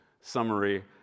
summary